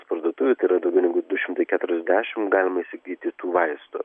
parduotuvių tai yra daugiau negu du šimtai keturiasdešimt galima įsigyti tų vaistų